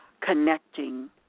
connecting